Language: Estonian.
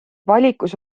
valikus